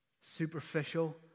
superficial